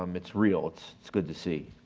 um it's real. it's it's good to see.